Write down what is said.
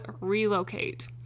relocate